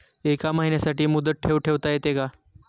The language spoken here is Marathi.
एका महिन्यासाठी मुदत ठेव ठेवता येते का?